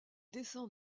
descend